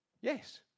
Yes